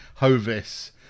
hovis